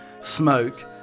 smoke